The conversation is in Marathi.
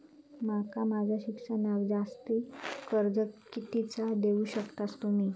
माका माझा शिक्षणाक जास्ती कर्ज कितीचा देऊ शकतास तुम्ही?